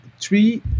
three